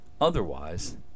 Otherwise